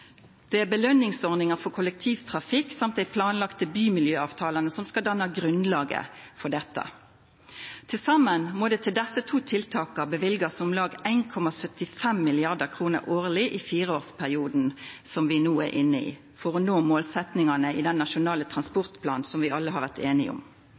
Det er belønningsordninga for kollektivtrafikk og dei planlagde bymiljøavtalane som skal danna grunnlaget for dette. Til saman må det til desse to tiltaka løyvast om lag 1,75 mrd. kr årleg i den fireårsperioden vi no er inne i, for å nå målsettingane i den nasjonale transportplanen som vi alle har vore einige om.